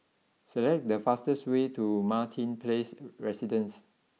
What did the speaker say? select the fastest way to Martin place Residences